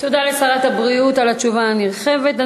תודה לשרת הבריאות על התשובה הנרחבת.